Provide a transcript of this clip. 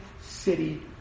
city